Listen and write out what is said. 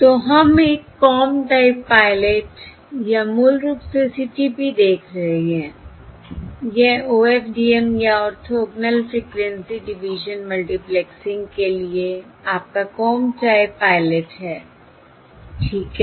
तो हम एक कॉम टाइप पायलट या मूल रूप से CTP देख रहे हैं यह OFDM या ऑर्थोगोनल फ्रिक्वेंसी डिवीजन मल्टीप्लेक्सिंग के लिए आपका कॉम टाइप पायलट है ठीक है